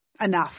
enough